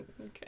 Okay